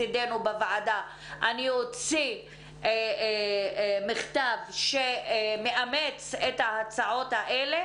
אני אוציא מכתב שמאמץ את ההצעות האלה